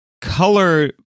color